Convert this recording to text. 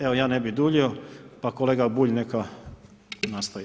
Evo, ja ne bih duljio, pa kolega Bulj neka nastavi.